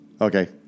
Okay